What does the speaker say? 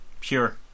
Pure